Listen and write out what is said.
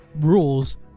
rules